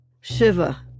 Shiva